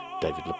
David